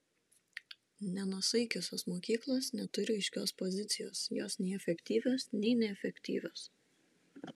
nenuosaikiosios mokyklos neturi aiškios pozicijos jos nei efektyvios nei neefektyvios